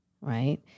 right